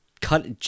cut